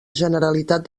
generalitat